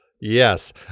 Yes